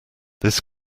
this